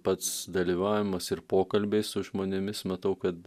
pats dalyvavimas ir pokalbiai su žmonėmis matau kad